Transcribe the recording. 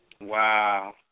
Wow